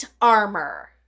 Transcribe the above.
armor